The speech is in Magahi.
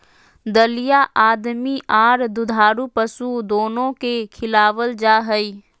दलिया आदमी आर दुधारू पशु दोनो के खिलावल जा हई,